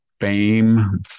fame